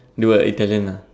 do a Italian ah